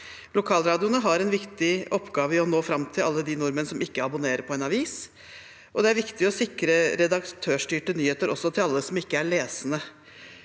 Lokalradioene har en viktig oppgave i å nå fram til alle de nordmenn som ikke abonnerer på en avis, og det er viktig å sikre redaktørstyrte nyheter også til alle som ikke er lesende.